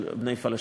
של בני הפלאשמורה.